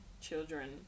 children